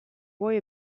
boy